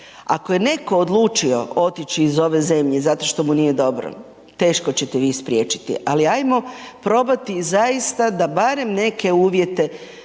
Ako je netko odlučio otići iz ove zemlje zato što mu je dobro, teško ćete vi spriječiti ali ajmo probat zaista da barem neke uvjete